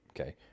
Okay